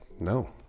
No